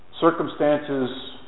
Circumstances